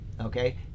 okay